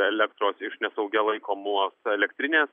elektros iš nesaugia laikomos elektrinės